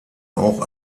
auch